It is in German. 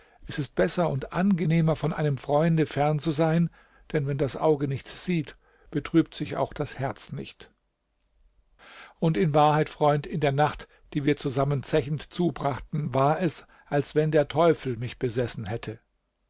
es ist besser und angenehmer von einem freunde fern zu sein denn wenn das auge nichts sieht betrübt sich auch das herz nicht und in wahrheit freund in der nacht die wir zusammen zechend zubrachten war es als wenn der teufel mich besessen hätte